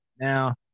Now